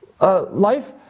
life